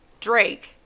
Drake